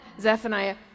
Zephaniah